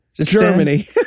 Germany